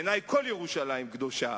בעיני כל ירושלים קדושה.